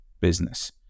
business